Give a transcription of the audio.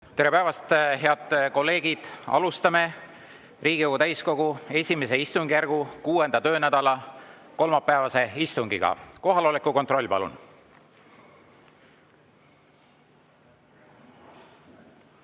Tere päevast, head kolleegid! Alustame Riigikogu täiskogu I istungjärgu 6. töönädala kolmapäevast istungit. Kohaloleku kontroll, palun!